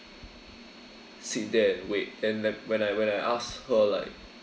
sit there and wait and like when I when I ask her like